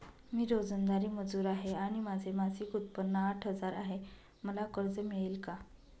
मी रोजंदारी मजूर आहे आणि माझे मासिक उत्त्पन्न आठ हजार आहे, मला कर्ज मिळेल का?